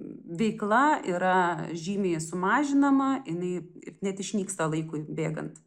veikla yra žymiai sumažinama jinai ir net išnyksta laikui bėgant